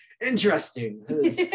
Interesting